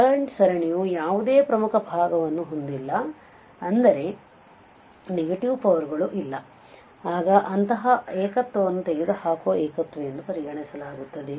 Laurent ಸರಣಿಯು ಯಾವುದೇ ಪ್ರಮುಖ ಭಾಗವನ್ನು ಹೊಂದಿಲ್ಲ ಅಂದರೆ ನೆಗೆಟಿವ್ ಪವರ್ ಗಳು ಇಲ್ಲ ಆಗ ಅಂತಹ ಏಕತ್ವವನ್ನು ತೆಗೆದುಹಾಕುವ ಏಕತ್ವವೆಂದುಪರಿಗಣಿಸಲಾಗುತ್ತದೆ